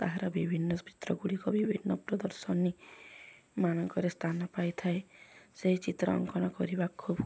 ତାହାର ବିଭିନ୍ନ ଚିତ୍ରଗୁଡ଼ିକ ବିଭିନ୍ନ ପ୍ରଦର୍ଶନୀମାନଙ୍କରେ ସ୍ଥାନ ପାଇଥାଏ ସେହି ଚିତ୍ର ଅଙ୍କନ କରିବା ଖୁବ୍